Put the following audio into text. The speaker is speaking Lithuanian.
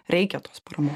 reikia tos paramos